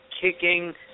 kicking